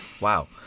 wow